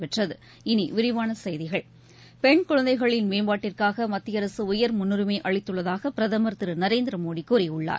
பெற்றது பெண்குழந்தைகளின் மேம்பாட்டிற்காக மத்திய அரசு உயர் முன்னுரிமை அளித்துள்ளதாக பிரதமர் திரு நரேந்திரமோடி கூறியுள்ளார்